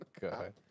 God